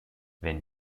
wenn